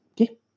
okay